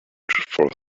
for